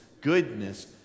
goodness